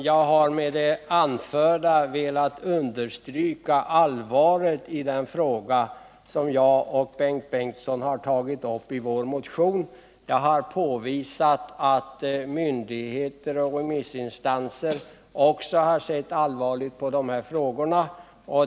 Jag har med det anförda velat understryka allvaret i den fråga som jag och Bengt Bengtsson har tagit upp i vår motion. Jag har påvisat att myndigheter och remissinstanser också har sett allvarligt på dessa frågor.